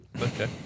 Okay